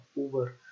over